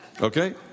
Okay